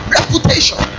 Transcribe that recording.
Reputation